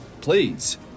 Please